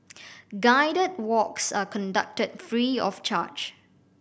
guided walks are conducted free of charge